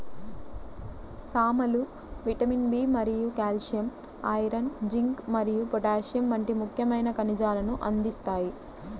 సామలు vitamin B మరియు calcium, iron, zinc మరియు పొటాషియం వంటి ముఖ్యమైన ఖనిజాలను అందిస్తాయి